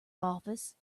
office